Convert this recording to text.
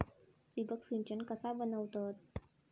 ठिबक सिंचन कसा बनवतत?